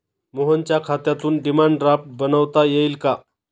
मोहनच्या खात्यातून demand draft बनवता येईल का?